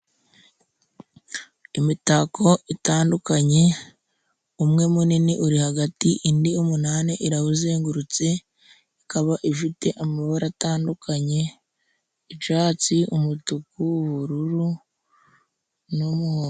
Imitako itandukanye, umwe munini uri hagati, indi umunani irawuzengurutse, ikaba ifite amabara atandukanye, icyatsi, umutuku, ubururu n'umuhondo.